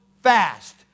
fast